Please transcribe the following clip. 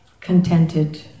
contented